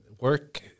work